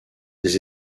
des